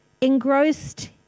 engrossed